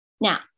Now